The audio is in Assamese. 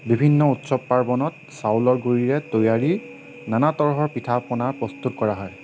বিভিন্ন উৎসৱ পাৰ্বণত চাউলৰ গুৰিৰে তৈয়াৰী নানা তৰহৰ পিঠা পনা প্ৰস্তুত কৰা হয়